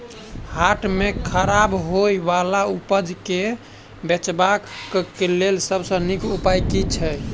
हाट मे खराब होय बला उपज केँ बेचबाक क लेल सबसँ नीक उपाय की अछि?